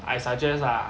I suggest ah